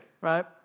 right